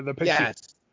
Yes